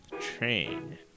Train